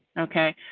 okay.